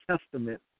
Testament